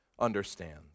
understands